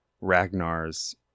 Ragnar's